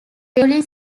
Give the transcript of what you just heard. devlin